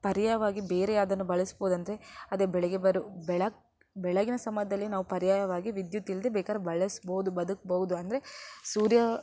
ಪರ್ಯಾಯವಾಗಿ ಬೇರೆ ಯಾವುದನ್ನು ಬಳಸ್ಬಹುದಂದ್ರೆ ಅದೇ ಬೆಳಿಗ್ಗೆ ಬರು ಬೆಳ ಬೆಳಗ್ಗಿನ ಸಮಯದಲ್ಲಿ ನಾವು ಪರ್ಯಾಯವಾಗಿ ವಿದ್ಯುತ್ತಿಲ್ಲದೇ ಬೇಕಾದ್ರೆ ಬಳಸ್ಬಹುದು ಬದಕ್ಬಹುದು ಅಂದರೆ ಸೂರ್ಯ